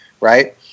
right